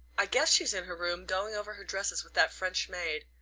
i guess she's in her room, going over her dresses with that french maid.